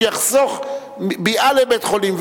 וזה יחסוך ביאה לבית-חולים.